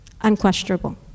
unquestionable